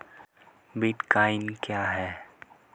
Bitcoin क्या है?